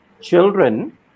children